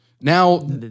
Now